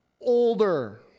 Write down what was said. older